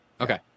Okay